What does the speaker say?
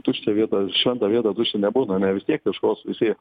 tuščia vieta šventa vieta tuščia nebūna ane vis tiek ieškos visi